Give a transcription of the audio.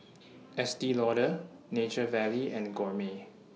Estee Lauder Nature Valley and Gourmet